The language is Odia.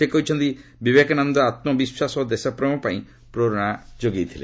ସେ କହିଛନ୍ତି ବିବେକାନନ୍ଦ ଆତ୍ମବିଶ୍ୱାସ ଓ ଦେଶପ୍ରେମ ପାଇଁ ପ୍ରେରଣା ଯୋଗାଇଥିଲେ